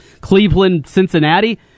Cleveland-Cincinnati